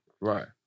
Right